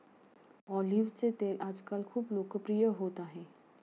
ऑलिव्हचे तेल आजकाल खूप लोकप्रिय होत आहे